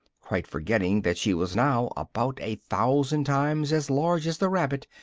quite forgetting that she was now about a thousand times as large as the rabbit,